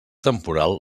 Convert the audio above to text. temporal